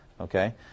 Okay